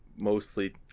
mostly